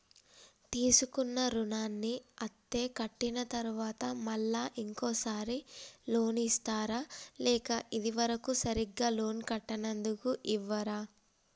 తీసుకున్న రుణాన్ని అత్తే కట్టిన తరువాత మళ్ళా ఇంకో సారి లోన్ ఇస్తారా లేక ఇది వరకు సరిగ్గా లోన్ కట్టనందుకు ఇవ్వరా?